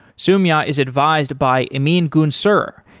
soumya is advised by emin gun sirer,